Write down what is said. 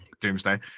Doomsday